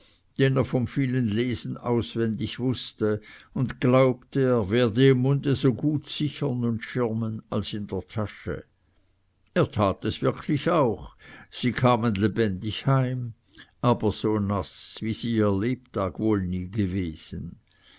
er vom vielen lesen auswendig wußte und glaubte er werde im munde so gut sichern und schirmen als in der tasche er tat es wirklich auch sie kamen lebendig heim aber so naß wie sie ihr lebtag wohl nie gewesen